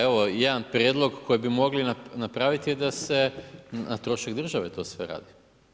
Evo jedan prijedlog koji bi mogli napraviti je da se na trošak države to sve radi.